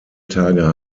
tage